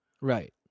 Right